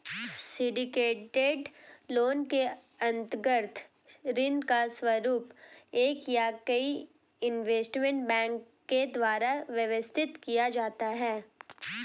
syndicated loan के अंतर्गत ऋण का स्वरूप एक या कई इन्वेस्टमेंट बैंक के द्वारा व्यवस्थित किया जाता है